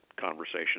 conversation